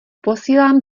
posílám